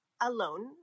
alone